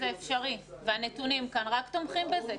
יש הסכמה רחבה בקרב אפידמיולוגים שזה אפשרי והנתונים כאן רק תומכים בזה.